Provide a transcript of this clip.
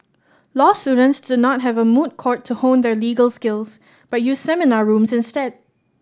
law students do not have a moot court to hone their legal skills but use seminar rooms instead